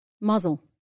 muzzle